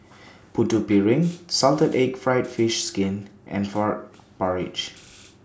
Putu Piring Salted Egg Fried Fish Skin and Frog Porridge